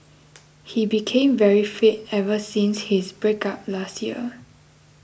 he became very fit ever since his breakup last year